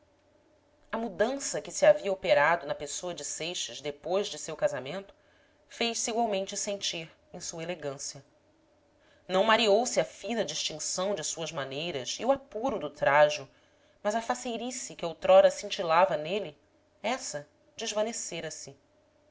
a mudança que se havia operado na pessoa de seixas depois de seu casamento fez-se igualmente sentir em sua elegância não mareou se a fina distinção de suas maneiras e o apuro do trajo mas a faceirice que outrora cintilava nele essa